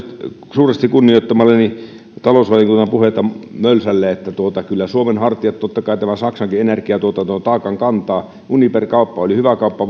suuresti kunnioittamalleni talousvaliokunnan puheenjohtaja mölsälle että kyllä suomen hartiat totta kai saksankin energiatuotannon taakan kantavat uniper kauppa oli hyvä kauppa